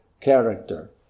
character